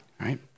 right